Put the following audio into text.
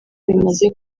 bimaze